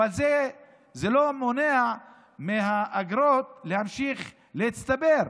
זה לא מונע מהאגרות להמשיך להצטבר.